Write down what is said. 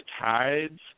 tides